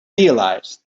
realise